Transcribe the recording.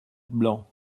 blanc